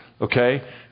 Okay